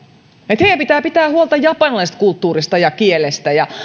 että heidän pitää pitää huolta japanilaisesta kulttuurista ja kielestä